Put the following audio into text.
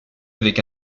avec